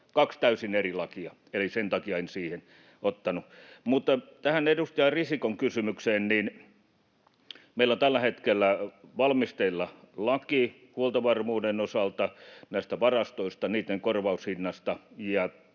kaksi täysin eri lakia, eli sen takia en siihen ottanut kantaa. Tähän edustajan Risikon kysymykseen: Meillä on tällä hetkellä valmisteilla laki huoltovarmuuden osalta näistä varastoista ja niitten korvaushinnasta,